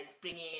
bringing